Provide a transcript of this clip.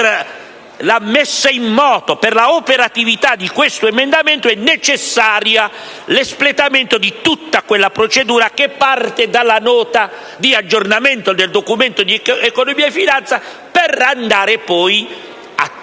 che anche per l'operatività di questo emendamento è necessario l'espletamento di tutta quella procedura che parte dalla Nota di aggiornamento del Documento di economia e finanza, per arrivare poi a tutte